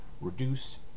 Reduce